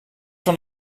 van